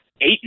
eight